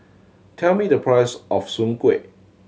tell me the price of soon kway